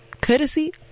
Courtesy